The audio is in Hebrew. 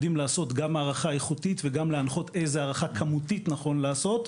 הם יודעים לעשות הערכה איכותית ולהנחות איזו הערכה כמותית נכון לעשות.